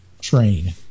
train